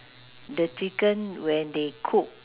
no this is a new hawker centre